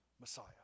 Messiah